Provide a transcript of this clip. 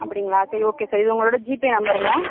அப்படிங்களா சரி okay sir இது உங்களோட ஜிபே நம்பருங்களா